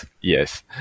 Yes